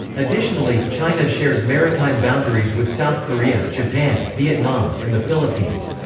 additionally, china shares maritime boundaries with south korea, japan, vietnam, and the philippines.